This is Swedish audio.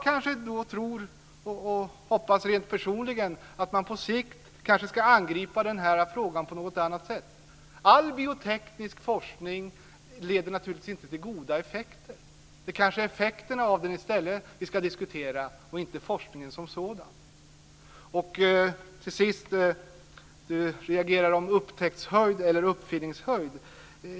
Jag tror och hoppas rent personligen att man på sikt ska angripa frågan på ett annat sätt. All bioteknisk forskning leder naturligtvis inte till goda effekter. Det kanske är effekterna av den som vi ska diskutera i stället för forskningen som sådan. Till sist: Kjell Eldensjö reagerar på upptäcktshöjd eller uppfinningshöjd.